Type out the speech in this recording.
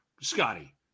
scotty